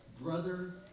Brother